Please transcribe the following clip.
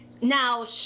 Now